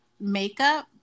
makeup